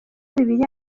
bibiliya